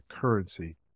currency